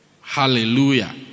hallelujah